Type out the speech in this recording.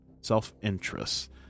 self-interest